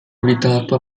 invitato